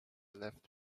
left